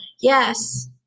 yes